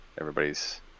everybody's